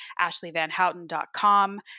ashleyvanhouten.com